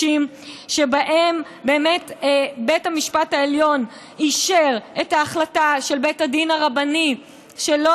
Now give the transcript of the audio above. שבהם בית המשפט העליון אישר את ההחלטה של בית הדין הרבני שלא